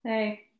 Hey